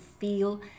feel